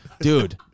Dude